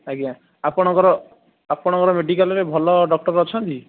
ଆଜ୍ଞା ଆପଣଙ୍କର ଆପଣଙ୍କର ମେଡ଼ିକାଲ୍ରେ ଭଲ ଡକ୍ଟର୍ ଅଛନ୍ତି